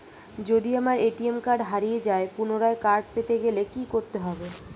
যদি আমার ATM card হারিয়ে যায় পুনরায় কার্ড পেতে গেলে কি করতে হবে?